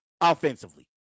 offensively